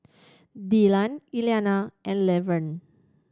Dillan Iliana and Lavern